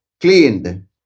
cleaned